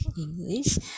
English